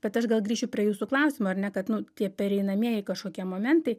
bet aš gal grįšiu prie jūsų klausimo ar ne kad nu tie pereinamieji kažkokie momentai